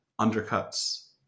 undercuts